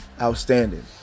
outstanding